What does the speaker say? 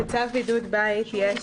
בצו בידוד בית יש